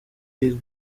big